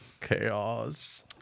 Chaos